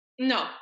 No